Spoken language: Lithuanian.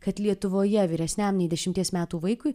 kad lietuvoje vyresniam nei dešimties metų vaikui